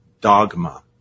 Dogma